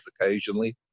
occasionally